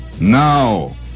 Now